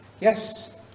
Yes